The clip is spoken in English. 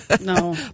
No